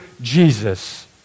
Jesus